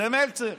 זה מלצר.